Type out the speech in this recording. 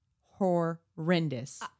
horrendous